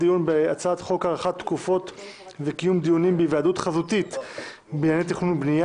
הדיון בהצעת חוק הביטוח הלאומי התש"ף-2020 (מ/1335),